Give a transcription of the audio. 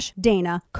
Dana